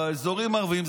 הקרקע באזורים הערביים,